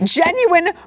genuine